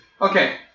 Okay